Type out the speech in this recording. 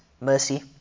mercy